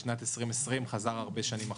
בשנת 2020 חזר הרבה שנים אחורה.